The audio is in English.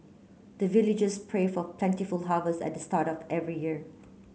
the villagers pray for plentiful harvest at the start of every year